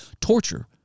torture